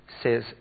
says